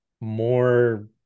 more